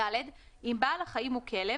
(ד)אם בעל החיים הוא כלב,